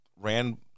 ran